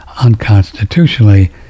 unconstitutionally